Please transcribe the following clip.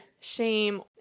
shame